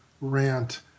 rant